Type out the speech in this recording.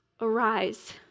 Arise